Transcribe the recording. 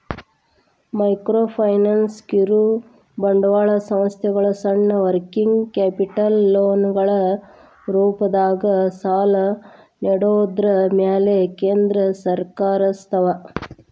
microfinance ಕಿರುಬಂಡವಾಳ ಸಂಸ್ಥೆಗಳ ಸಣ್ಣ ವರ್ಕಿಂಗ್ ಕ್ಯಾಪಿಟಲ್ ಲೋನ್ಗಳ ರೂಪದಾಗ ಸಾಲನ ನೇಡೋದ್ರ ಮ್ಯಾಲೆ ಕೇಂದ್ರೇಕರಸ್ತವ